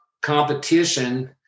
competition